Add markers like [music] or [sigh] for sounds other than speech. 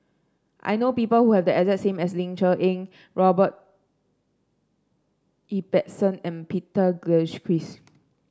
I know people who have the [unintelligible] as Ling Cher Eng Robert Ibbetson and Peter Gilchrist